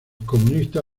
comunista